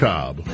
Cobb